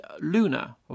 Luna